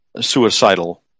suicidal